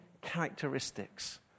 characteristics